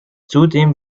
zudem